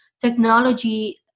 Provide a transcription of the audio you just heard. technology